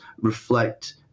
reflect